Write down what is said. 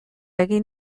egin